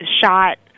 shot